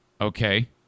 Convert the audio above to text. Okay